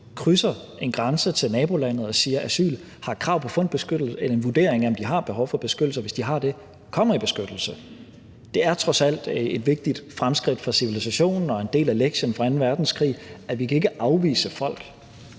krydser en grænse til nabolandet og siger asyl, har krav på at få en vurdering af, om de har behov for beskyttelse, og hvis de har det, kommer i beskyttelse. Det er trods alt et vigtigt fremskridt for civilisationen og en del af lektien fra anden verdenskrig, at vi ikke kan afvise folk.